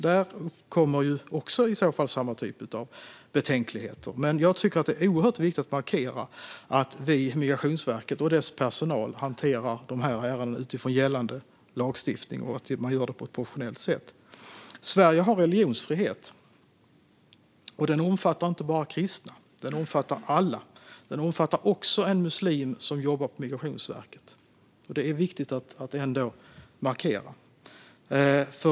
Där skulle samma slags betänklighet också kunna vara aktuell. Det är dock oerhört viktigt att markera att Migrationsverket och dess personal hanterar dessa ärenden utifrån gällande lagstiftning och att man gör det på ett professionellt sätt. Sverige har religionsfrihet, och den omfattar inte bara kristna. Den omfattar alla, också en muslim som jobbar på Migrationsverket. Det är viktigt att markera.